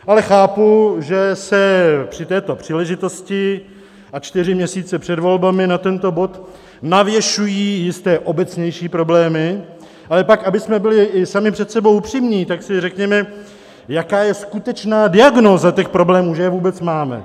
Ale chápu, že se při této příležitosti a čtyři měsíce před volbami na tento bod navěšují jisté obecnější problémy, ale pak abychom byli i sami před sebou upřímní, tak si řekněme, jaká je skutečná diagnóza těch problémů, že je vůbec máme.